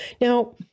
Now